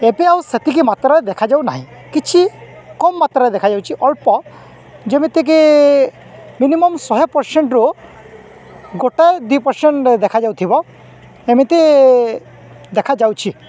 ଏବେ ଆଉ ସେତିକି ମାତ୍ରାରେ ଦେଖାଯାଉ ନାହିଁ କିଛି କମ୍ ମାତ୍ରାରେ ଦେଖାଯାଉଛି ଅଳ୍ପ ଯେମିତିକି ମିନିମମ୍ ଶହେ ପର୍ସେଣ୍ଟ୍ରୁୁ ଗୋଟେ ଦୁଇ ପର୍ସେଣ୍ଟ୍ ଦେଖାଯାଉଥିବ ଏମିତି ଦେଖାଯାଉଛି